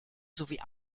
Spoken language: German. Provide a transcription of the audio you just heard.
sowie